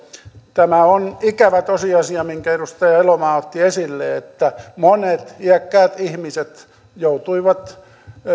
tämä on ikävä tosiasia minkä edustaja elomaa otti esille että monet iäkkäät ihmiset joutuivat